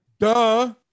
duh